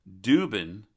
Dubin